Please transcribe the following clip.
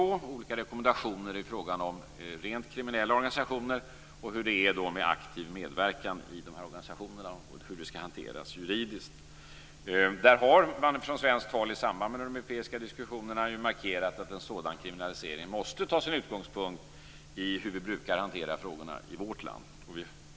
Det finns olika rekommendationer i fråga om rent kriminella organisationer och om hur det är med aktiv medverkan i dessa organisationer, hur det skall hanteras juridiskt. Där har man från svenskt håll i samband med de europeiska diskussionerna markerat att en sådan kriminalisering måste ta sin utgångspunkt i hur vi brukar hantera frågorna i vårt land.